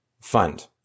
Fund